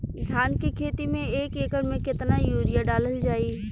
धान के खेती में एक एकड़ में केतना यूरिया डालल जाई?